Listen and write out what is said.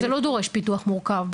זה לא דורש פיתוח מורכב.